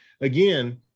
again